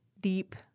deep